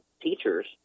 teachers